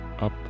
up